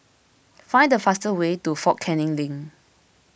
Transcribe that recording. find the fastest way to fort Canning Link